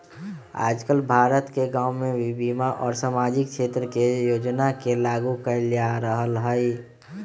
आजकल भारत के गांव में भी बीमा और सामाजिक क्षेत्र के योजना के लागू कइल जा रहल हई